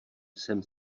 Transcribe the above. jsem